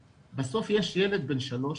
בסוף יש ילד בן שלוש